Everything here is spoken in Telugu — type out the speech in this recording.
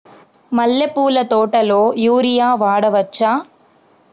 మల్లె పూల తోటలో యూరియా వాడవచ్చా?